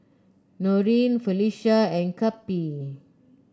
Norene Felisha and Cappie